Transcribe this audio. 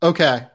Okay